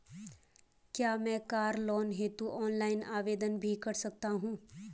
क्या मैं car loan हेतु ऑनलाइन आवेदन भी कर सकता हूँ?